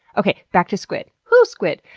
okay, back to squid. ooooh, squid!